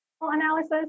analysis